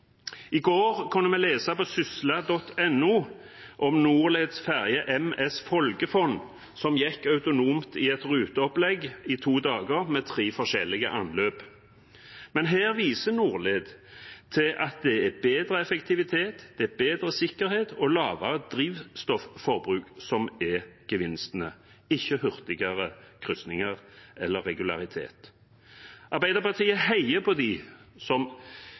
I går kunne vi lese på sysla.no om Norleds ferge MS «Folgefonn» som gikk autonomt i et ruteopplegg i to dager med tre forskjellige anløp. Men her viser Norled til at det er bedre effektivitet, det er bedre sikkerhet og lavere drivstofforbruk som er gevinstene, ikke hurtigere kryssinger eller regularitet. Arbeiderpartiet heier på dem som